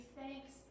thanks